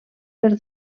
per